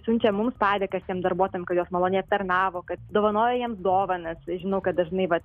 siunčia mums padėkas tiem darbuotojam kad juos maloniai aptarnavo kad dovanoja jiems dovanas žinau kad dažnai va